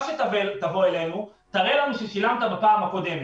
שיבוא אלינו הוא יראה לנו שהוא שילם בפעם הקודמת.